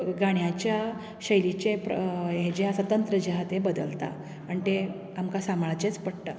गाण्याच्या शैलीचें प्र हे जे आसात तंत्र जे आसा तें बदलता आनी तें आमकां सांबाळचेच पडटा